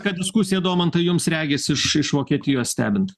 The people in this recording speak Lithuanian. ta diskusija domantai jums regis iš iš vokietijos stebint